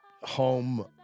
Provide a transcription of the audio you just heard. home